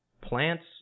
plants